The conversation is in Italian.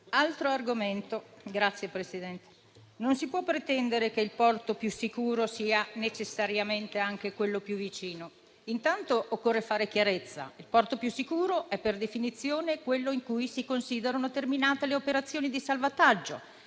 Altro argomento: non si può pretendere che il porto più sicuro sia necessariamente anche quello più vicino. Intanto, occorre fare chiarezza: il porto più sicuro è, per definizione, quello in cui si considerano terminate le operazioni di salvataggio,